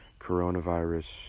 coronavirus